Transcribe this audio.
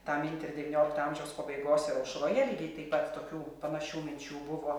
tą mintį ir devyniolikto amžiaus pabaigos ir aušroje lygiai taip pat tokių panašių minčių buvo